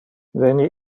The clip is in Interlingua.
veni